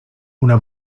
una